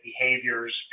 behaviors